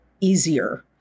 easier